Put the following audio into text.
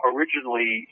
Originally